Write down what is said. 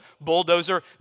bulldozer